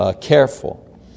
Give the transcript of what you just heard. careful